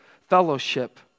fellowship